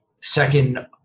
second